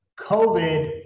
COVID